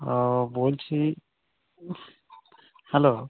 ও বলছি হ্যালো